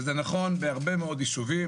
וזה נכון בהרבה מאוד יישובים,